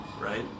right